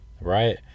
right